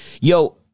yo